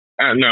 No